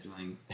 scheduling